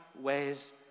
ways